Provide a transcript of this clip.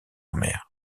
mer